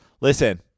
Listen